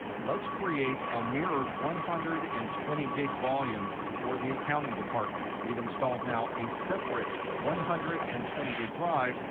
let's create a mirrored one hundred and twenty gig volume for the accounting department. we've installed now a separate one hundred and twenty gig drive.